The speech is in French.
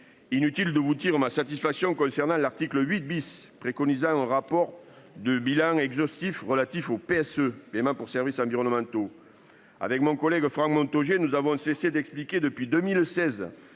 Inutile de vous dire ma satisfaction concernant l'article 8 bis préconisant un rapport de bilan exhaustif relatifs au PSE. Hein pour services environnementaux avec mon collègue Franck Montaugé, nous avons cessé d'expliquer depuis 2016